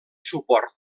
suport